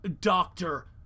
doctor